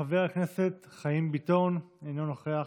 חבר הכנסת חיים ביטון, אינו נוכח.